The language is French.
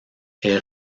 est